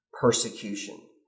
persecution